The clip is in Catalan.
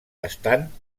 estan